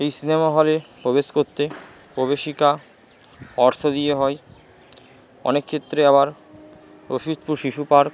এই সিনেমা হলে প্রবেশ করতে প্রবেশিকা অর্থ দিয়ে হয় অনেক ক্ষেত্রে আবার শিশু পার্ক